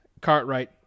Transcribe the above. Cartwright